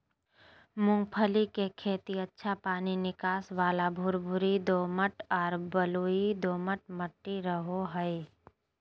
मूंगफली के खेती अच्छा पानी निकास वाला भुरभुरी दोमट आर बलुई दोमट मट्टी रहो हइ